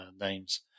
names